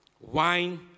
wine